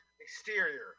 Exterior